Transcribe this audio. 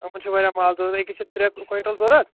یِمَن چھُ واریاہ مال ضروٗرت اَکس چھِ ترےٛ کۄینٛٹل ضۄرت